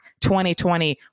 2020